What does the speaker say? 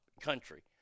country